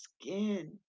skin